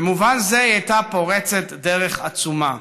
במובן זה היא הייתה פורצת דרך עצומה.